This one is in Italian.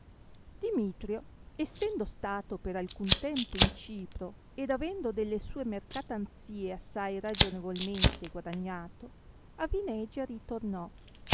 dimitrio essendo stato per alcun tempo in cipro ed avendo delle sue mercatanzie assai ragionevolmente guadagnato a vinegia ritornò